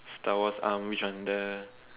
Star-Wars um which one the